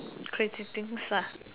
crazy things lah